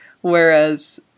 Whereas